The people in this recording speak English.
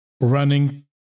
running